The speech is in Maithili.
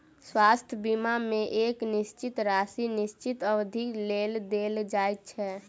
स्वास्थ्य बीमा मे एक निश्चित राशि निश्चित अवधिक लेल देल जाइत छै